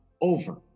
over